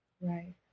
Right